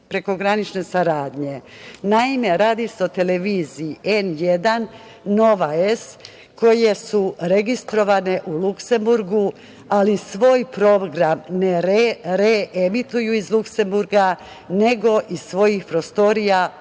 prekogranične saradnje. Naime, radi se o televiziji N1, Nova S, koje su registrovane u Luksemburgu, ali svoj program ne reemituju iz Luksemburga nego iz svojih prostorija u